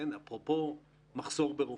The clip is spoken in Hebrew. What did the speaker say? אפרופו מחסור ברופאים.